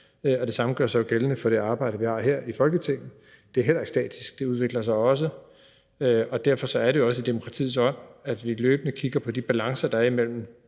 Det samme gør sig jo gældende for det arbejde, vi har her i Folketinget: Det er heller ikke statisk; det udvikler sig også. Derfor er det også i demokratiets ånd, at vi løbende kigger på de balancer, der også er mellem